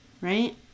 right